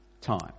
time